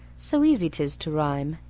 so easy tis to rhyme.